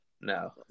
No